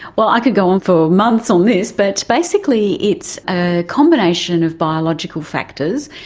well, i could go on for months on this! but basically it's a combination of biological factors,